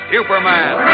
Superman